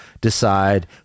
decide